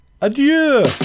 Adieu